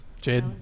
Jade